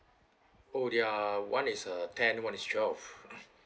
oh ya one is a ten one is twelve